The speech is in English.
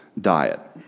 diet